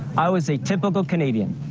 i was a typical canadian.